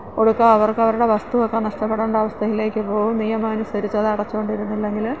ഒടുക്കം അവർക്ക് അവരുടെ വസ്തു ഒക്കെ നഷ്ടപ്പെടേണ്ട അവസ്ഥയിലേക്ക് പോവും നിയമമനുസരിച്ചത് അടച്ചുകൊണ്ടിരുന്നില്ലെങ്കില്